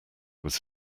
was